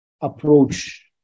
approach